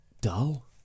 dull